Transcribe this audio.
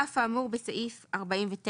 סייגים לעדכון סכומים 52. על אף האמור בסעיף 49,